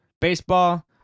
Baseball